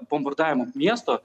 bombardavimo miesto